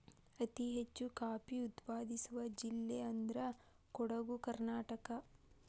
ಅತಿ ಹೆಚ್ಚು ಕಾಫಿ ಉತ್ಪಾದಿಸುವ ಜಿಲ್ಲೆ ಅಂದ್ರ ಕೊಡುಗು ಕರ್ನಾಟಕ